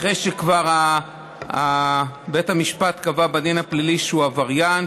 אחרי שבית המשפט כבר קבע בדין הפלילי שהוא עבריין,